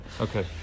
Okay